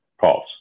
calls